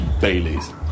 Bailey's